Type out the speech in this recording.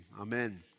Amen